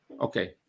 Okay